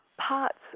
parts